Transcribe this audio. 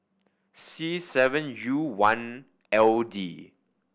C seven U one L D